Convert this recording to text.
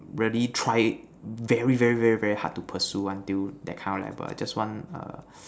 really try very very very very hard to pursue until that kind of level I just want err